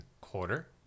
quarter